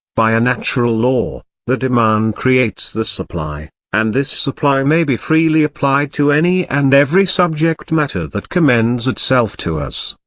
by a natural law, the demand creates the supply, and this supply may be freely applied to any and every subject-matter that commends itself to us.